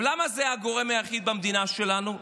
למה זה הגורם היחיד במדינה שלנו?